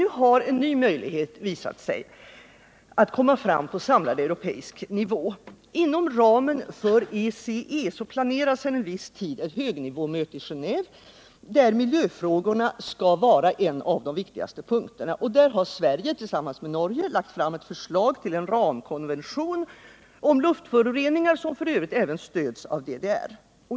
Nu har det visat sig en ny möjlighet att komma fram på en samlad europeisk nivå. Inom ramen för ECE planeras under en viss tid ett högnivåmöte i Genéve, där miljöfrågorna skall vara en av de viktigaste punkterna. Där har Sverige tillsammans med Norge lagt fram ett förslag till en ramkonvention om luftföroreningar, vilken f. ö. även stöds av DDR.